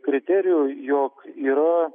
kriterijų jog yra